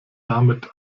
damit